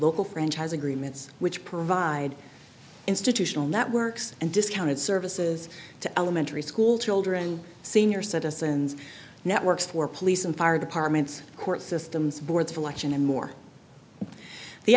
local franchise agreements which provide institutional networks and discounted services to elementary school children senior citizens networks for police and fire departments court systems boards of election and more the